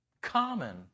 common